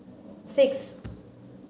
six